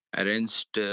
arranged